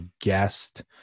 guest